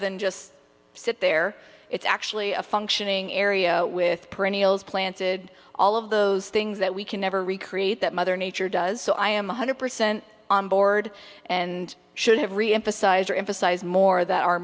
than just sit there it's actually a functioning area with perennials planted all of those things that we can never recreate that mother nature does so i am one hundred percent on board and should have reemphasize or emphasize more that